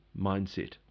mindset